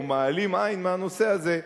או מעלים עין מהנושא הזה,